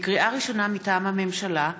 לקריאה ראשונה, מטעם הממשלה: